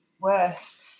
worse